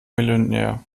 millionär